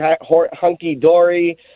hunky-dory